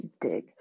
Dig